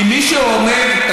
כי מי שאומר, זאת הסתה.